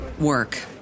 work